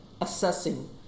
assessing